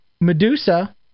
Medusa